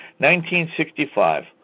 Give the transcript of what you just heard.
1965